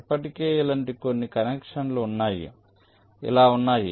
ఇప్పటికే ఇలాంటి కొన్ని కనెక్షన్లు ఉన్నాయి ఇలా ఉన్నాయి